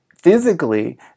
physically